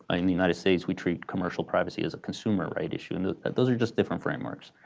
in the united states, we treat commercial privacy as a consumer right issue. and those are just different frameworks.